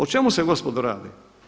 O čemu se gospodo radi?